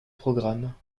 programme